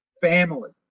family